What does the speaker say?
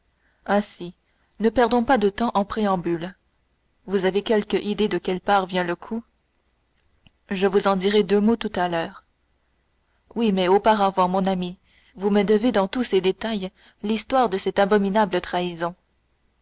ainsi ne perdons pas de temps en préambule vous avez quelque idée de quelle part vient le coup je vous en dirai deux mots tout à l'heure oui mais auparavant mon ami vous me devez dans tous ses détails l'histoire de cette abominable trahison